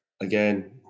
again